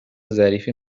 ظریفی